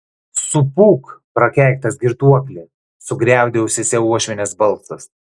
supūk prakeiktas girtuokli sugriaudėjo ausyse uošvienės balsas